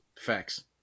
Facts